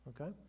okay